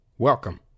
Welcome